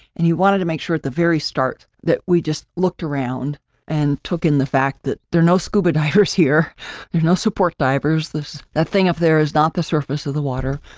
and you wanted to make sure at the very start that we just looked around and took in the fact that there are no scuba divers here. there are no support divers, this ah thing of there is not the surface of the water.